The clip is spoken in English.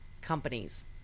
companies